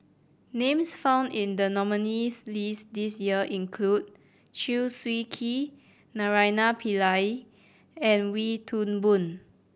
names found in the nominees' list this year include Chew Swee Kee Naraina Pillai and Wee Toon Boon